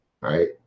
Right